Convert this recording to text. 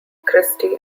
christie